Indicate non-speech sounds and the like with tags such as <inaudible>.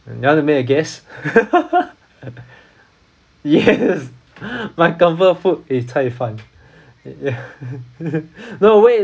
you want to make a guess <laughs> yes my comfort food is 菜饭 <laughs> no wait